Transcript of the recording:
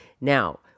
Now